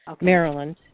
Maryland